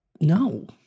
No